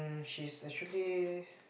um she's actually